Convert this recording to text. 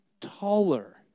taller